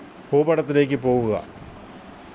ഭൂപടത്തിലേക്ക് പോകുക